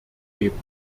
geben